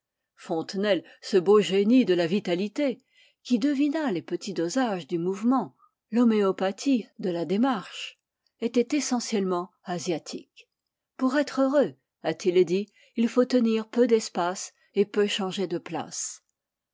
fontenelle ce beau génie de la vitalité qui devina les petits dosages du mouvement l'homœopathie de la démarche était essentiellement asiatique pour être heureux a-t-il dit il faut tenir peu d'espace et peu changer de place